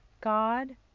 God